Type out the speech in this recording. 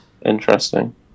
interesting